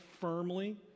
firmly